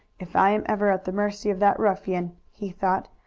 if i am ever at the mercy of that ruffian, he thought,